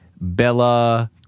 Bella